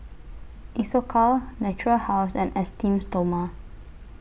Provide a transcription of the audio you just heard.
Isocal Natura House and Esteem Stoma